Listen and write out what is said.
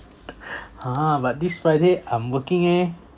!huh! but this friday I'm working eh